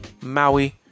Maui